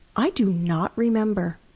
i do not remember.